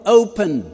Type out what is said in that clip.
open